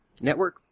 Network